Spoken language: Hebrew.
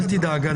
אל תדאג.